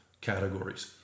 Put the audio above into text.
categories